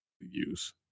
use